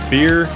Beer